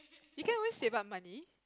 you can always save up money